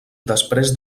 després